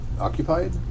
occupied